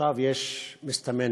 ועכשיו מסתמן פתרון,